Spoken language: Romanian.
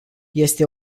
este